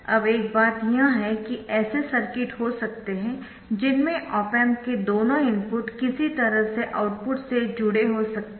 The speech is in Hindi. अब एक बात यह है कि ऐसे सर्किट हो सकते है जिनमें ऑप एम्प के दोनों इनपुट किसी तरह से आउटपुट से जुड़े हो सकते है